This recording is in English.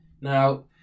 Now